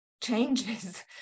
changes